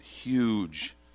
huge